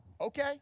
okay